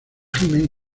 gimen